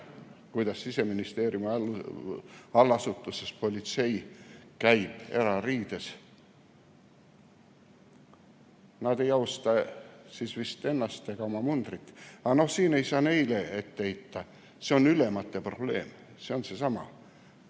kuidas Siseministeeriumi allasutustes politsei käib erariides. Nad ei austa vist ennast ega oma mundrit, aga seda ei saa neile ette heita. See on ülemate probleem. See on seesama